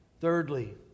Thirdly